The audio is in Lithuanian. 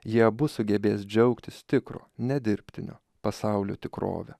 jie abu sugebės džiaugtis tikro ne dirbtinio pasaulio tikrove